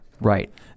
right